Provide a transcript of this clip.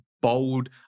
bold